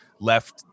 left